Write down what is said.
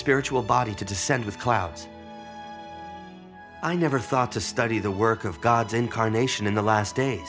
spiritual body to descend with clouds i never thought to study the work of god's incarnation in the last day